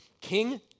King